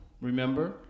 remember